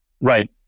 Right